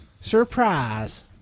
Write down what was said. Surprise